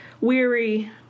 weary